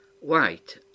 white